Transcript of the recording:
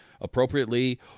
appropriately